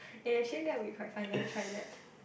eh actually that will be quite fun you want to try that